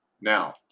Now